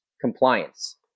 compliance